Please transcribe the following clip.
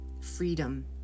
Freedom